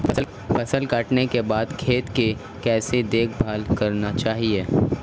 फसल काटने के बाद खेत की कैसे देखभाल करनी चाहिए?